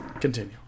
Continue